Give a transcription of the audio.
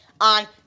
on